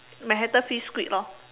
Manhattan fish squid lor